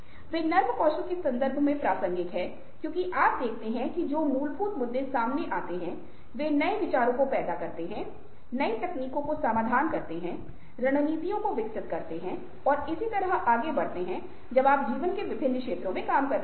वे नरम कौशल के संदर्भ में प्रासंगिक हैं क्योंकि आप देखते हैं कि जो मूलभूत मुद्दे सामने आते हैं वे नए विचारों को पैदा कर रहे हैं नई तकनीकों को नए समाधान को रणनीतियों को विकसित कर रहे हैं और इसी तरह आगे बढ़ रहे हैं जब आप जीवन के विभिन्न क्षेत्रों में काम कर रहे हैं